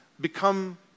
become